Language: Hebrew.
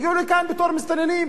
הגיעו לכאן בתור מסתננים,